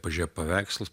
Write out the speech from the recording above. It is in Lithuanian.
pažėjo paveikslus